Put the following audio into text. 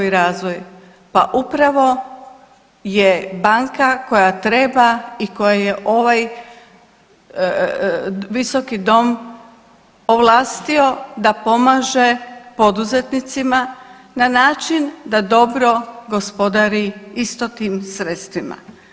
Pa upravo je banka koja treba i koju je ovaj visoki dom ovlastio da pomaže poduzetnicima na način da dobro gospodari isto tim sredstvima.